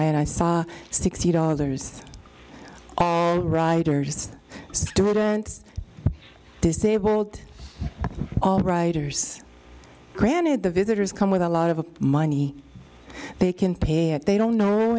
i and i saw sixty dollars riders just students disabled all riders granted the visitors come with a lot of money they can pay or they don't know